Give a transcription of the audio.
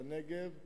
בנגב,